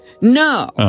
no